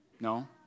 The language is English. No